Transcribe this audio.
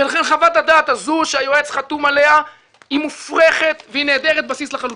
לכן חוות הדעת הזו שהיועץ חתום עליה היא מופרכת ונעדרת בסיס לחלוטין.